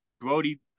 Brody